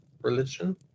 religion